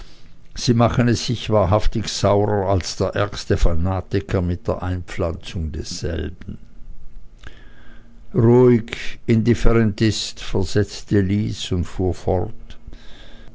sie machen es sich wahrhaftig saurer als der ärgste fanatiker mit der einpflanzung desselben ruhig indifferentist versetzte lys und fuhr fort